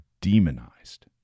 demonized